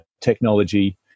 technology